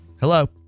Hello